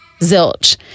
Zilch